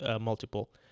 multiple